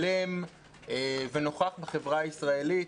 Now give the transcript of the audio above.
שלם ונוכח בחברה ישראלית,